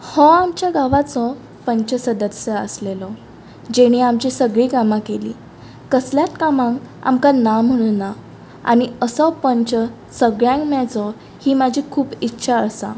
हो आमच्या गांवाचो पंच सदत्स्य आसलेलो जेणी आमचीं सगळीं कामां केलीं कसल्यात कामांक आमकां ना म्हणू ना आनी असो पंच सगळ्यांग मेळचो ही म्हाजी खूब इच्छा आसा